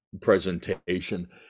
presentation